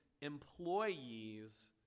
employees